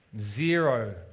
zero